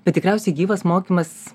bet tikriausiai gyvas mokymas